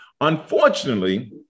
Unfortunately